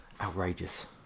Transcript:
Outrageous